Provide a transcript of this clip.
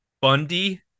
Bundy